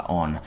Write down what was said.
on